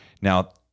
Now